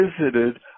visited